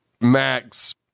max